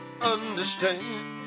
understand